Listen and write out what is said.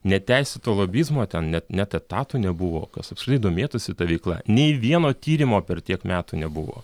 neteisėto lobizmo ten net net etatų nebuvo kas apskritai domėtųsi ta veikla nei vieno tyrimo per tiek metų nebuvo